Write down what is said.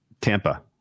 Tampa